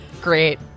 great